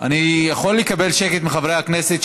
אני יכול לקבל שקט מחברי הכנסת,